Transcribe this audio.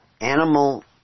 animal